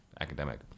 academic